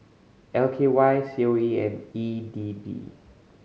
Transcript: L K Y C O E and E D B